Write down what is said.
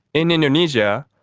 in indonesia,